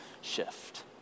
shift